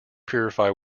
purify